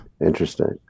Interesting